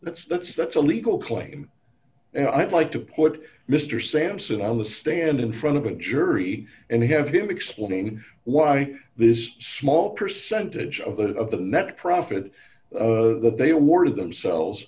that's that's that's a legal claim and i'd like to put mr sampson on the stand in front of a jury and have him explaining why this small percentage of the of the net profit that they awarded themselves